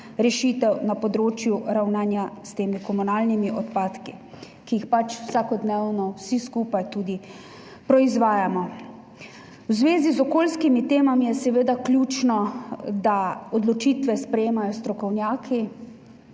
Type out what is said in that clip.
na področju ravnanja s temi komunalnimi odpadki, ki jih pač vsakodnevno vsi skupaj proizvajamo. V zvezi z okoljskimi temami je ključno, da odločitve sprejemajo strokovnjaki.